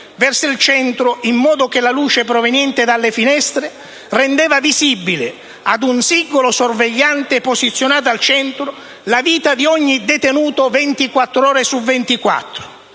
verso il centro, in modo che la luce proveniente dalle finestre rendesse visibile ad un singolo sorvegliante posizionato al centro la vita di ogni detenuto 24 ore su 24.